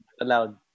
allowed